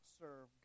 serve